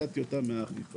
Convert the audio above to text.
הסעתי אותם מהאכיפה.